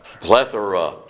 Plethora